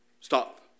Stop